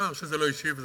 העיקר שזה לא אישי.